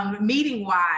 meeting-wise